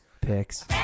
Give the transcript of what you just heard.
Picks